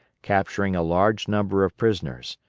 capturing a large number of prisoners.